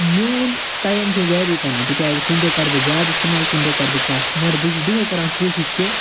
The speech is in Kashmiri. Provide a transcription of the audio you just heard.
میون ٹایِم چھُ ویری کران تِکیٚازِ کُنہِ دۄہ کرٕ بہٕ زیادٕ استعمال کُنہِ دۄہ کرٕ بہٕ کتھ مگر بہٕ چھُس دۄہے کران کوٗشش کہِ